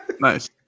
Nice